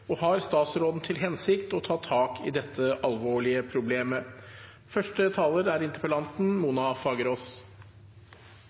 og har statsråden til hensikt å ta tak i dette alvorlige problemet?